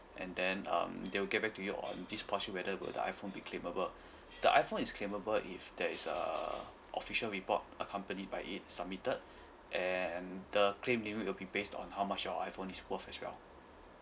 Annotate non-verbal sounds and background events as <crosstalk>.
and then um they will get back to you on this process whether will the iPhone be claimable <breath> the iPhone is claimable if there is a official report accompanied by it submitted <breath> and the claim limit will be based on how much your iPhone is worth as well